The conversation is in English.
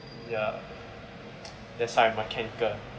ya that's why mechanical